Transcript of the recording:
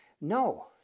No